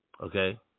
okay